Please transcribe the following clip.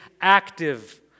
active